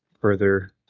further